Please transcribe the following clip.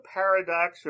paradox